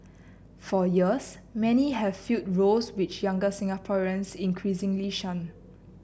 for years many have filled roles which younger Singaporeans increasingly shun